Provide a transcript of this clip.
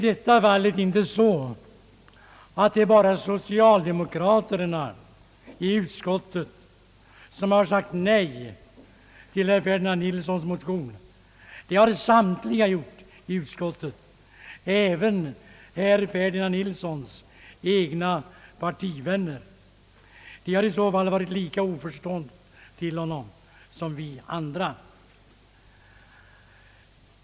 I detta fall är det så att inte bara socialdemokraterna i utskottet sagt nej till herr Ferdinand Nilssons motion. Det har samtliga i utskottet gjort, även herr Ferdinand Nilssons egna partivänner. De har i så fall varit lika oförstående som vi andra.